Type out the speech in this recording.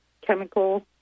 chemical